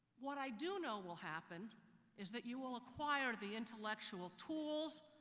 what i do know will happen is that you will acquire the intellectual tools,